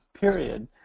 period